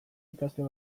ikasle